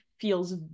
feels